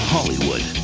Hollywood